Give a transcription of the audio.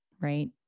right